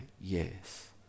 Yes